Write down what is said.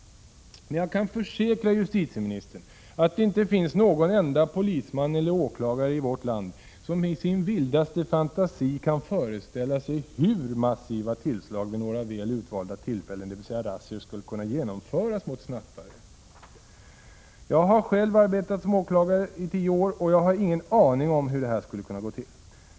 Men jag kan försäkra justitieministern, att det inte finns någon enda polisman eller åklagare i vårt land som i sin vildaste fantasi kan föreställa sig hur massiva tillslag vid några väl utvalda tillfällen, dvs. razzior, skulle kunna genomföras mot snattare. Jag har själv arbetat som åklagare i tio år och jag har ingen aning om hur det här skulle kunna gå till.